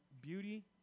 beauty